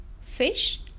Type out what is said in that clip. fish